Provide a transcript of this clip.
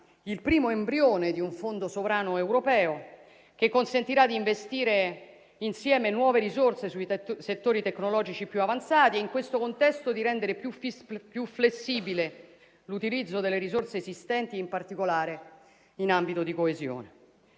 il primo embrione di un fondo sovrano europeo, che consentirà di investire insieme nuove risorse sui settori tecnologici più avanzati e, in questo contesto, di rendere più flessibile l'utilizzo delle risorse esistenti, in particolare in ambito di coesione.